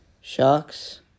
sharks